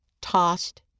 Tossed